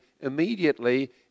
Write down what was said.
immediately